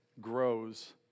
grows